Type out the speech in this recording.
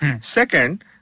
Second